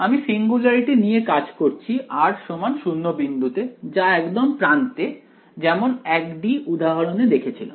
আমি সিঙ্গুলারিটি নিয়ে কাজ করছি r 0 বিন্দুতে যা একদম প্রান্তে যেমন 1 D উদাহরণ এ দেখেছিলাম